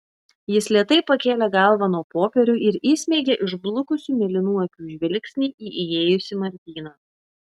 jis lėtai pakėlė galvą nuo popierių ir įsmeigė išblukusių mėlynų akių žvilgsnį į įėjusį martyną